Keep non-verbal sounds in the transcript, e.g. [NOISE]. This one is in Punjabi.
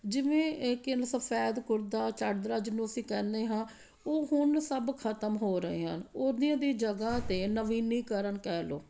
ਜਿਵੇਂ [UNINTELLIGIBLE] ਸਫੈਦ ਕੁੜਤਾ ਚਾਦਰਾ ਜਿਹਨੂੰ ਅਸੀਂ ਕਹਿੰਦੇ ਹਾਂ ਉਹ ਹੁਣ ਸਭ ਖਤਮ ਹੋ ਰਹੇ ਹਨ ਉਹਦੀਆਂ ਦੀ ਜਗ੍ਹਾ 'ਤੇ ਨਵੀਨੀਕਰਨ ਕਹਿ ਲਉ